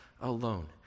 alone